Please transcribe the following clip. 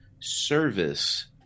service